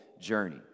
journey